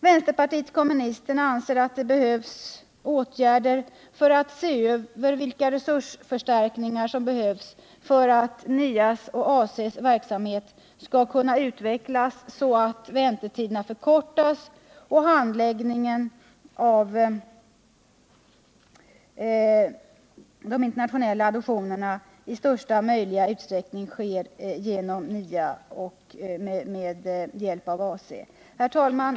Vänsterpartiet kommunisterna anser att åtgärder bör vidtagas för att se över vilka resursförstärkningar som behövs för att NIA:s och AC:s verksamhet skall kunna utvecklas så att väntetiderna förkortas och handläggningen av internationella adoptioner i största möjliga utsträckning sker genom NIA och med hjälp av AC. Herr talman!